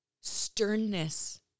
sternness